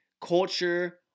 culture